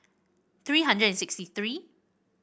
three hundred and sixty three